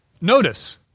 Notice